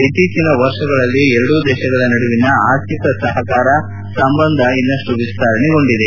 ಇತ್ತೀಚಿನ ವರ್ಷಗಳಲ್ಲಿ ಎರಡೂ ದೇಶಗಳ ನಡುವಿನ ಆರ್ಥಿಕ ಸಹಕಾರ ಸಂಬಂಧ ಇನ್ನಷ್ಟು ವಿಸ್ತರಣೆಗೊಂಡಿದೆ